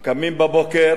קמים בבוקר